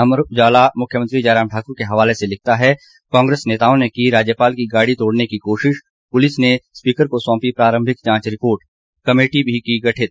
अमर उजाला मुख्यमंत्री जयराम ठाकूर के हवाले से लिखता है कांग्रेस नेताओं ने की राज्यपाल की गाड़ी तोड़ने की कोशिश पुलिस ने स्पीकर को सौंपी प्रारम्भिक जांच रिपोर्ट कमेटी भी की गठित